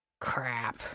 Crap